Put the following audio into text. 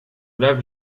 lave